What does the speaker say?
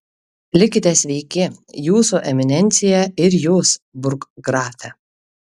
likite sveiki jūsų eminencija ir jūs burggrafe